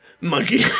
monkey